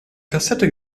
kassette